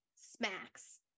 smacks